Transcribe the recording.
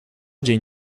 dzień